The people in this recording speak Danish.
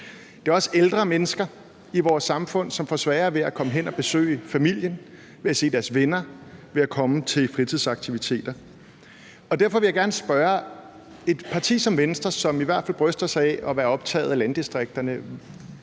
Det rammer også ældre mennesker i vores samfund; de får sværere ved at komme hen og besøge familien, se deres venner eller komme til fritidsaktiviteter. Derfor vil jeg gerne spørge: Er man i et parti som Venstre, som i hvert fald bryster sig af at være optaget af landdistrikterne,